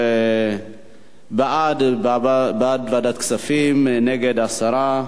בעד, ועדת כספים, נגד, הסרה.